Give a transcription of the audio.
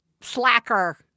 slacker—